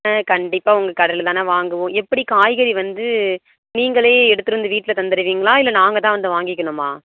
ஆ கண்டிப்பாக உங்க கடையில் தா அண்ணா வாங்குவோம் எப்படி காய்கறி வந்து நீங்களே எடுத்துரு வந்து வீட்டில் எப்படிருவீங்களா இல்லை நாங்கள் தான் வந்து வாங்கிக்கணுமா